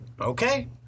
Okay